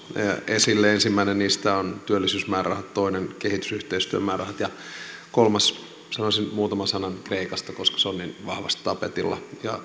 esille ensimmäinen niistä on työllisyysmäärärahat toinen kehitysyhteistyömäärärahat ja kolmanneksi sanoisin muutaman sanan kreikasta koska se on niin vahvasti tapetilla